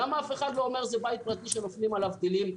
למה אף אחד לא אומר שזה בית פרטי שנופלים עליו טילים?